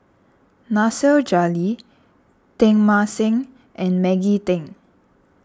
Nasir Jalil Teng Mah Seng and Maggie Teng